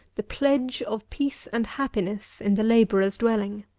the pledge of peace and happiness in the labourer's dwelling.